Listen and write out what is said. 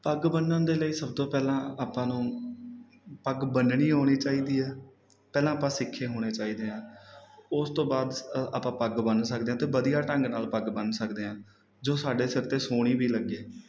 ਪੱਗ ਬੰਨਣ ਦੇ ਲਈ ਸਭ ਤੋਂ ਪਹਿਲਾਂ ਆਪਾਂ ਨੂੰ ਪੱਗ ਬੰਨ੍ਹਣੀ ਆਉਣੀ ਚਾਹੀਦੀ ਹੈ ਪਹਿਲਾਂ ਆਪਾਂ ਸਿੱਖੇ ਹੋਣੇ ਚਾਹੀਦੇ ਹਾਂ ਉਸ ਤੋਂ ਬਾਅਦ ਆਪਾਂ ਪੱਗ ਬੰਨ੍ਹ ਸਕਦੇ ਹਾਂ ਅਤੇ ਵਧੀਆ ਢੰਗ ਨਾਲ ਪੱਗ ਬੰਨ੍ਹ ਸਕਦੇ ਹਾਂ ਜੋ ਸਾਡੇ ਸਿਰ 'ਤੇ ਸੋਹਣੀ ਵੀ ਲੱਗੇ